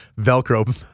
Velcro